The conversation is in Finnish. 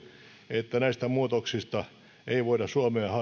että näistä muutoksista ei voida suomea